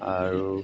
আৰু